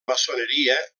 maçoneria